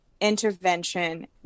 intervention